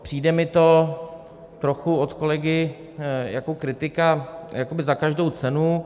Přijde mi to trochu od kolegy jako kritika jakoby za každou cenu.